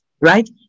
right